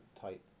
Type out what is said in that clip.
tight